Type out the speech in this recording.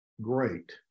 great